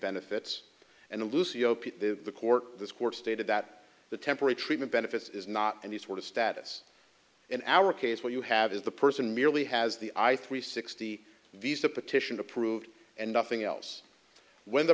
benefits and lucio the court this court stated that the temporary treatment benefits is now and the sort of status in our case where you have is the person merely has the i three sixty visa petition approved and nothing else when the